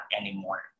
anymore